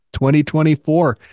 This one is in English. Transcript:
2024